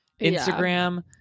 Instagram